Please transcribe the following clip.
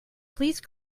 please